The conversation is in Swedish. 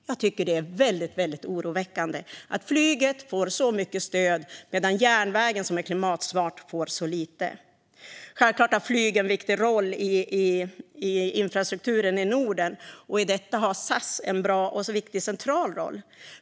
Jag tycker att det är väldigt oroväckande att flyget får så mycket stöd medan järnvägen som är klimatsmart får så lite. Självklart har flyg en viktig roll i infrastrukturen i Norden, och i detta har SAS en viktig och central roll.